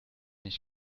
ich